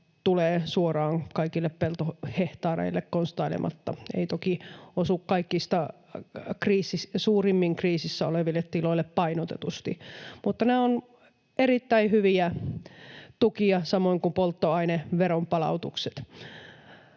tulee suoraan kaikille peltohehtaareille konstailematta — ei toki osu kaikista suurimmin kriisissä oleville tiloille painotetusti, mutta nämä ovat erittäin hyviä tukia samoin kuin polttoaineveron palautukset.